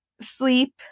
sleep